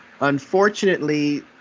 Unfortunately